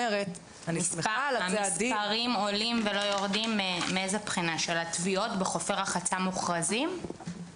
לא מספקים ולא נותנים מענה לצורך שחוזר על עצמו משנה לשנה לצערנו